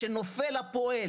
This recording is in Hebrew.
כשנופל הפועל,